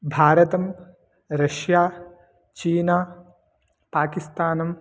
भारतं रष्या चीना पाकिस्तानं